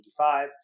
1985